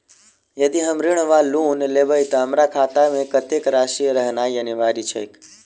यदि हम ऋण वा लोन लेबै तऽ हमरा खाता मे कत्तेक राशि रहनैय अनिवार्य छैक?